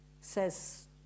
says